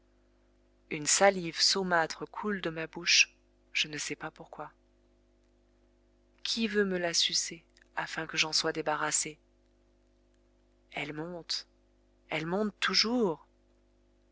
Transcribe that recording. une salive saumâtre coule de ma bouche je ne sais pas pourquoi qui veut me la sucer afin que j'en sois débarrassé elle monte elle monte toujours